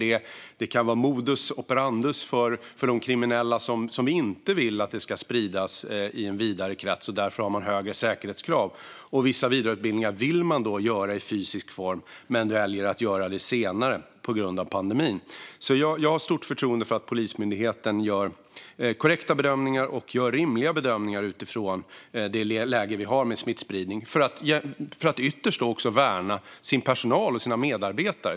Det kan vara modus operandi för de kriminella, och det är sådant som vi inte vill ska spridas i en vidare krets. Därför har man högre säkerhetskrav. Vissa vidareutbildningar vill man därför göra i fysisk form, men man väljer att göra det senare på grund av pandemin. Jag har stort förtroende för att Polismyndigheten gör korrekta bedömningar och gör rimliga bedömningar utifrån det läge som vi har med smittspridning för att ytterst också värna sin personal och sina medarbetare.